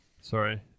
Sorry